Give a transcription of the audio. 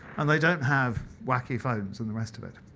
and they don't have wacky phones and the rest of it.